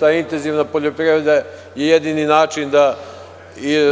Ta intenzivna poljoprivreda je jedini način da